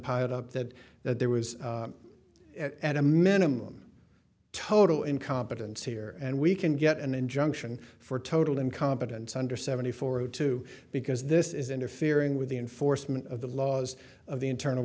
piled up that that there was at a minimum total incompetence here and we can get an injunction for total incompetence under seventy four o two because this is interfering with the enforcement of the laws of the internal